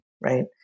right